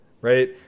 right